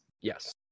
Yes